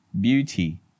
beauty